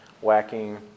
whacking